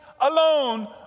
alone